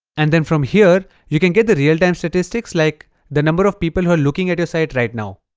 and then from here you can get the real-time statistics like the number of people who are looking at your site right now